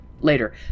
later